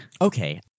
Okay